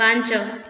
ପାଞ୍ଚ